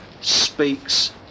speaks